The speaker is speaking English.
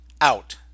out